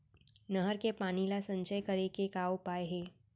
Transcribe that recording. नहर के पानी ला संचय करे के का उपाय हे?